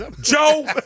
Joe